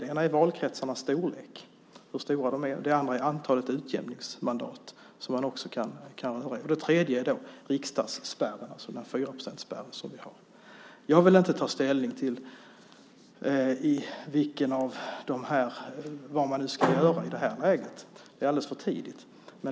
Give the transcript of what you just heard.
Det ena är valkretsarnas storlek, det andra är antalet utjämningsmandat och det tredje är riksdagsspärren, alltså den fyraprocentsspärr som vi har. Jag vill inte ta ställning till vad man ska göra i det här läget. Det är alldeles för tidigt.